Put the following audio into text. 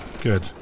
Good